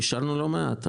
אישרנו לא מעט.